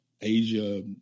Asia